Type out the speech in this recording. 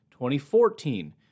2014